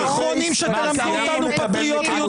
אתם האחרונים שתלמדו אותנו פטריוטיות וציונות.